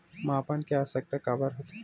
मापन के आवश्कता काबर होथे?